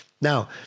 now